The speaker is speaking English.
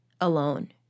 alone